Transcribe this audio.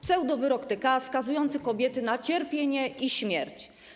Pseudowyrok TK skazujący kobiety na cierpienie i śmierć.